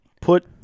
put